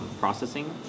Processing